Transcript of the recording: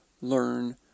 learn